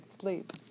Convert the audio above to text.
sleep